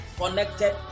connected